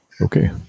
Okay